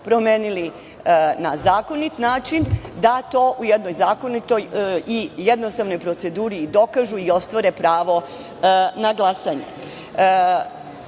promenili na zakonit način, u jednoj zakonitoj i jednostavnoj proceduri i dokažu i ostvare pravo na glasanje. Takođe